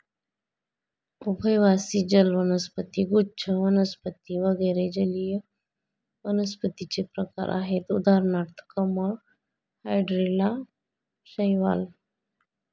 उभयवासी जल वनस्पती, गुच्छ वनस्पती वगैरे जलीय वनस्पतींचे प्रकार आहेत उदाहरणार्थ कमळ, हायड्रीला, शैवाल